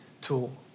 tool